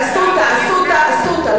"אסותא", "אסותא", "אסותא".